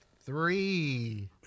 Three